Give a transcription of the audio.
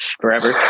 forever